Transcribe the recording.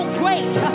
great